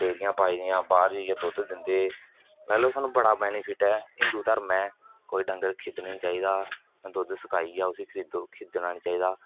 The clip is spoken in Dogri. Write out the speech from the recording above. डेयरियां पाई दियां बाह्र जाइयै दुद्ध दिंदे लाई लो सानूं बड़ा बैनीफिट ऐ हिंदु धर्म ऐ कोई डंगर खिद्धना नेईं चाहिदा दुद्ध सकाई गेआ उसी खरीदो खिद्धना नेईं चाहिदा